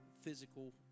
physical